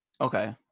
Okay